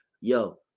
yo